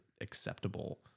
acceptable